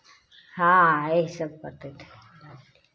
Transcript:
हाँ यही सब करते थे